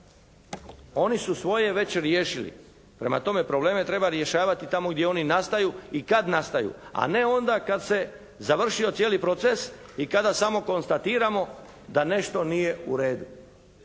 Oni su svoje već riješili. Prema tome, probleme treba rješavati tamo gdje oni nastaju i kad nastaju. A ne onda kad se završio cijeli proces i kada samo konstatiramo da nešto nije u redu.